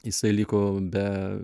jisai liko be